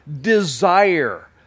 desire